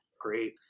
great